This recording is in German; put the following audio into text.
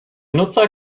nutzer